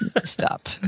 Stop